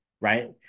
Right